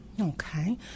Okay